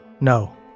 No